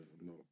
no